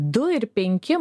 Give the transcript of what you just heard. du ir penki